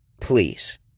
please